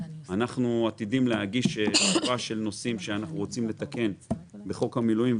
אנחנו עתידים להגיש שורה של נושאים שאנחנו רוצים לתקן בחוק המילואים,